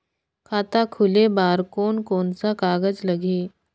खाता खुले बार कोन कोन सा कागज़ लगही?